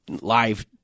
Live